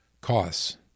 Costs